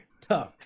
Tough